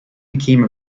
became